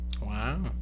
wow